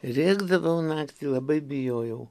rėkdavau naktį labai bijojau